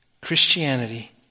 Christianity